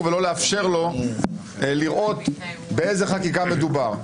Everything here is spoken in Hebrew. ולא לאפשר לו לראות באיזה חקיקה מדובר.